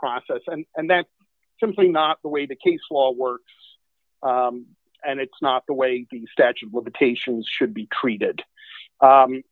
process and that simply not the way the case law works and it's not the way the statue of limitations should be treated